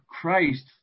Christ